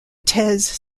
thèses